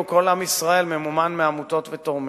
כל עם ישראל ממומן מעמותות ותורמים.